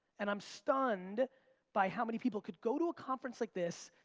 and i'm stunned by how many people could go to a conference like this,